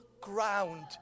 ground